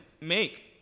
make